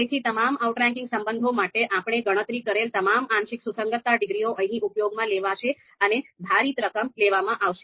તેથી તમામ આઉટરેંકિંગ સંબંધો માટે આપણે ગણતરી કરેલ તમામ આંશિક સુસંગતતા ડિગ્રીઓ અહીં ઉપયોગમાં લેવાશે અને ભારિત રકમ લેવામાં આવશે